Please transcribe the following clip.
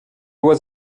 was